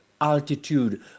altitude